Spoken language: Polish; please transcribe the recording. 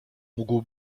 mógł